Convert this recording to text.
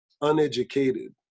uneducated